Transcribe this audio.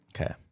Okay